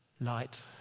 Light